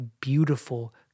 beautiful